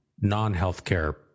non-healthcare